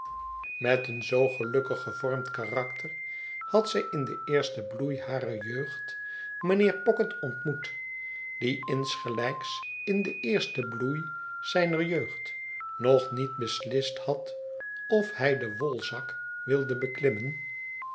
met een zoo gelukkig gevormd karakter had zij in den eersten bloei harer jeugd mijnheer pocket ontmoet die insgelijks in den eersten bloei zijner jeugd nog niet beslist had of hij den wolzak wilde beklimmen